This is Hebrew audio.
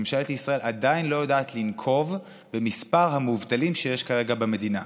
ממשלת ישראל עדיין לא יודעת לנקוב במספר המובטלים שיש כרגע במדינה.